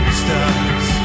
stars